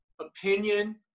opinion